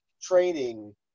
training